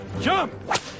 Jump